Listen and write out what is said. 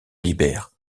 libère